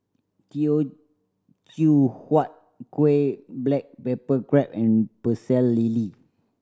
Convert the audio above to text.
Teochew Huat Kuih black pepper crab and Pecel Lele